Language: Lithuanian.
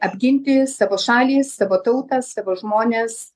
apginti savo šalį savo tautą savo žmones